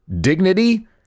Dignity